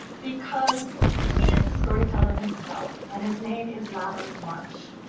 because he is a storyteller himself. and his name is robert munsch.